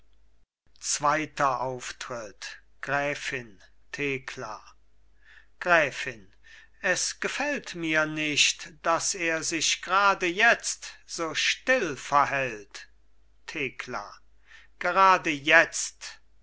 zweiter auftritt gräfin thekla gräfin es gefällt mir nicht daß er sich grade jetzt so still verhält thekla gerade jetzt